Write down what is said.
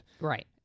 Right